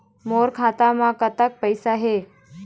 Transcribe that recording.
मोर खाता म कतक पैसा हे?